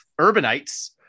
urbanites